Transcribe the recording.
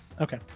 Okay